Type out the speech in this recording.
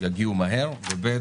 יגיעו מהר, וב'